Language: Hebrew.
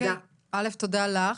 תודה לך.